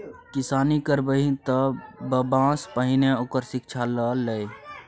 किसानी करबही तँ बबासँ पहिने ओकर शिक्षा ल लए